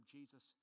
Jesus